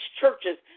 churches